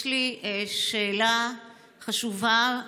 יש לי שאלה חשובה.